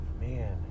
Man